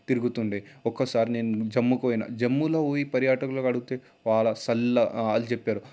తిరుగుతుండే ఒక్కసారి నేను జమ్ము పోయిన జమ్ములో పోయి పర్యాటకల్లో అడుగుతే వాళ్ళ చల్ల అది చెప్పారు